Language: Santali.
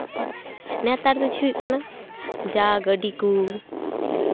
ᱱᱮᱛᱟᱨ ᱫᱚ ᱪᱮᱫ ᱦᱩᱭᱩᱜ ᱠᱟᱱᱟ ᱡᱟ ᱜᱟᱹᱰᱤ ᱠᱚ